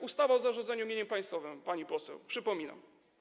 Ustawa o zarządzaniu mieniem państwowym, pani poseł, przypominam.